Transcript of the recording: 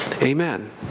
Amen